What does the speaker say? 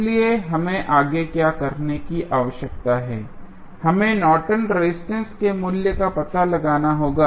इसलिए हमें आगे क्या करने की आवश्यकता है हमें नॉर्टन रेजिस्टेंस Nortons resistance के मूल्य का पता लगाना होगा